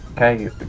okay